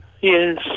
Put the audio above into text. Yes